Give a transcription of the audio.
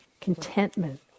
contentment